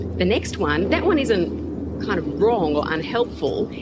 the next one, that one isn't kind of wrong or unhelpful,